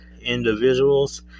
individuals